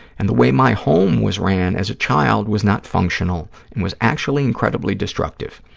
and the way my home was ran as a child was not functional and was actually incredibly destructive.